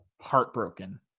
heartbroken